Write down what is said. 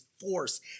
force